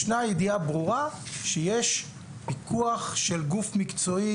ישנה ידיעה ברורה שיש פיקוח של גוף מקצועי